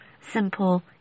simple